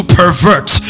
pervert